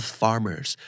farmers